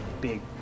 big